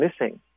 missing